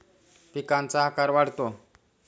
पिकांचा आकार वाढतो